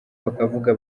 bakavuga